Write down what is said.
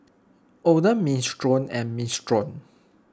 Oden Minestrone and Minestrone